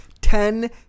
ten